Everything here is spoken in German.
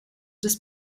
des